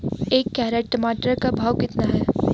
एक कैरेट टमाटर का भाव कितना है?